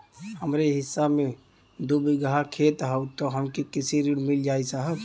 हमरे हिस्सा मे दू बिगहा खेत हउए त हमके कृषि ऋण मिल जाई साहब?